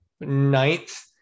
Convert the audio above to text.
ninth